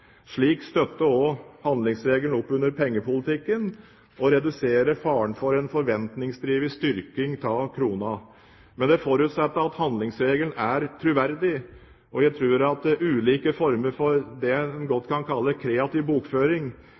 Slik støtter handlingsregelen også opp under pengepolitikken og reduserer faren for en forventningsdrevet styrking av kronen. Men dette forutsetter at handlingsregelen er troverdig. Jeg tror at ulike former for det en godt kan kalle kreativ bokføring,